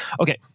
Okay